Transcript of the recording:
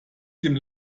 dem